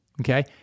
Okay